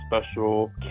special